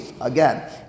again